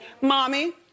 Mommy